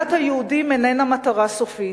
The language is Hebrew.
מדינת היהודים איננה מטרה סופית,